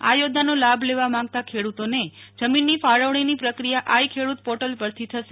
આ યોજનાનો લાભ લેવા માંગતા ખેડ્રતોને જમીનની ફાળવણીની પ્રક્રિયા આઈ ખેડૂત પોર્ટલ પરથી થશે